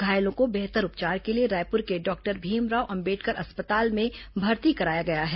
घायलों को बेहतर उपचार के लिए रायपुर के डॉक्टर भीमराव अंबेडकर अस्पताल में भर्ती कराया गया है